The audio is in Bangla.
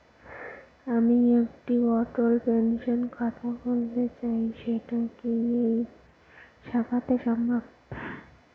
আমি একটি অটল পেনশন খাতা খুলতে চাই সেটা কি এই শাখাতে সম্ভব?